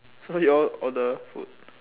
so you all order food